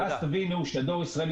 ואז תבינו שדואר ישראל,